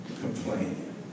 complaining